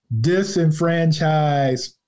disenfranchise